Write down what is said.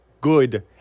good